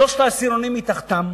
שלושת העשירונים מתחתם,